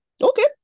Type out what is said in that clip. Okay